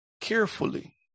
carefully